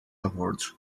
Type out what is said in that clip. awards